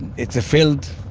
it's a field.